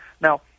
Now